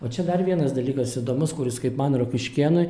o čia dar vienas dalykas įdomus kuris kaip man rokiškėnui